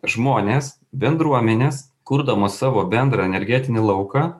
žmonės bendruomenės kurdamos savo bendrą energetinį lauką